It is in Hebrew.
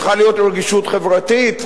צריכה להיות רגישות חברתית,